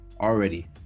Already